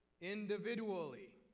individually